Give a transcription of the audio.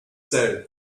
said